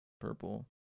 purple